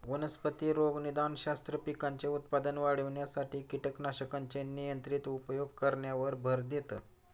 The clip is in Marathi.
वनस्पती रोगनिदानशास्त्र, पिकांचे उत्पादन वाढविण्यासाठी कीटकनाशकांचे नियंत्रित उपयोग करण्यावर भर देतं